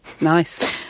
Nice